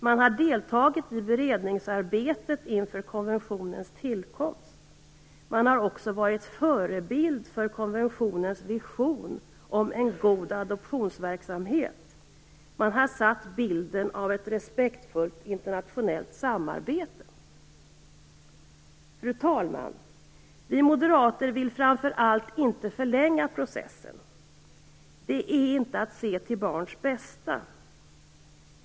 Man har deltagit i beredningsarbetet inför konventionens tillkomst. Man har också varit förebild för konventionens vision om en god adoptionsverksamhet. Man har skapat bilden av ett respektfullt internationellt samarbete. Fru talman! Vi moderater vill framför allt inte förlänga processen. Det är inte att se till barns bästa.